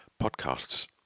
podcasts